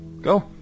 Go